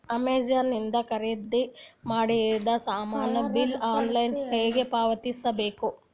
Amazon ಇಂದ ಖರೀದಿದ ಮಾಡಿದ ಸಾಮಾನ ಬಿಲ್ ಆನ್ಲೈನ್ ಹೆಂಗ್ ಪಾವತಿಸ ಬೇಕು?